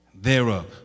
thereof